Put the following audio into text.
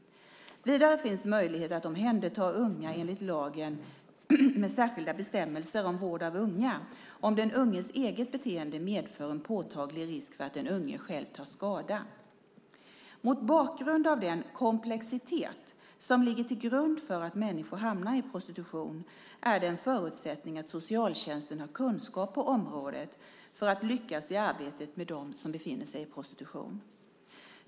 Vidare finns möjlighet att omhänderta unga enligt lagen med särskilda bestämmelser om vård av unga om den unges eget beteende medför en påtaglig risk för att den unge själv tar skada. Mot bakgrund av den komplexitet som ligger till grund för att människor hamnar i prostitution är det en förutsättning att socialtjänsten har kunskap på området för att lyckas i arbetet med dem som befinner i prostitution.